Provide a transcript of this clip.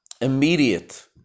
immediate